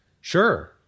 Sure